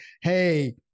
hey